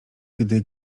gdy